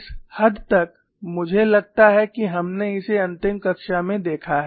इस हद तक मुझे लगता है कि हमने इसे अंतिम कक्षा में देखा है